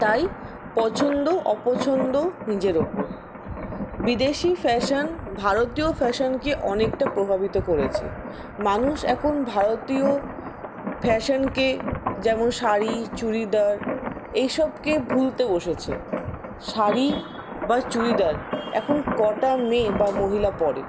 তাই পছন্দ অপছন্দ নিজের ওপর বিদেশী ফ্যাশন ভারতীয় ফ্যাশনকে অনেকটা প্রভাবিত করেছে মানুষ এখন ভারতীয় ফ্যাশনকে যেমন শাড়ি চুড়িদার এই সবকে ভুলতে বসেছে শাড়ি বা চুড়িদার এখন কটা মেয়ে বা মহিলা পরে